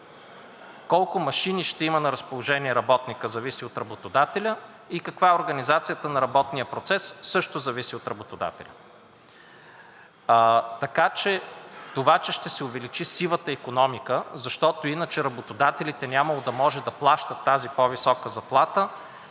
Колко машини ще има на разположение работникът, зависи от работодателя и каква ще е организацията на работния процес, също зависи от работодателя. Това, че ще се увеличи сивата икономика, защото иначе работодателите нямало да могат да плащат тази по-висока заплата,